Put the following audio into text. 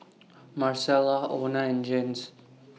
Marcella Ona and Jens